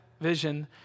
vision